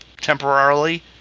temporarily